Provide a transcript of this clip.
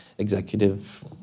executive